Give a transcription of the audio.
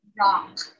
rock